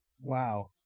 Wow